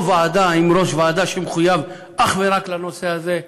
או ועדה, עם ראש ועדה שמחויב אך ורק לנושא הזה,